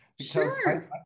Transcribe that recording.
Sure